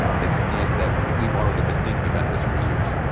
it's nice that we've already been thinking about this for years.